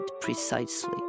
precisely